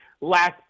last